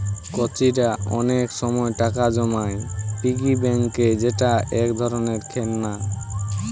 কচিরা অনেক সময় টাকা জমায় পিগি ব্যাংকে যেটা এক ধরণের খেলনা